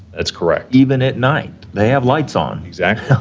that's correct. even at night. they have lights on. exactly.